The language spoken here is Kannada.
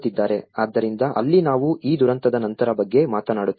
ಆದ್ದರಿಂದ ಅಲ್ಲಿ ನಾವು ಈ ದುರಂತದ ನಂತರದ ಬಗ್ಗೆ ಮಾತನಾಡುತ್ತೇವೆ